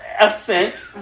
assent